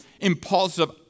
impulsive